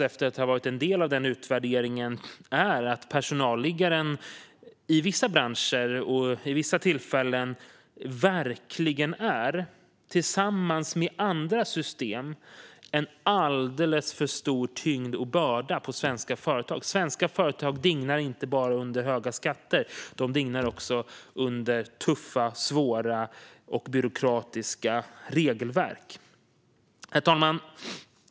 Efter att ha deltagit i utvärderingen är min slutsats att personalliggaren i vissa branscher och vid vissa tillfällen tillsammans med andra system verkligen utgör en alldeles för stor tyngd och börda för svenska företag. De dignar inte bara under höga skatter utan också under tuffa, svåra och byråkratiska regelverk. Herr talman!